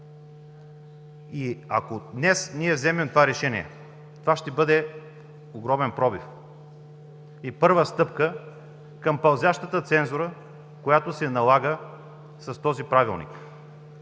Ако днес ние вземем това решение, това ще бъде огромен пробив и първа стъпка към пълзящата цензура, която се налага с този Правилник.